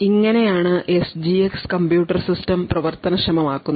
ഇങ്ങനെയാണ് SGX computer system പ്രവർത്തനക്ഷമമാക്കുന്നത്